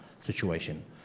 situation